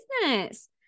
business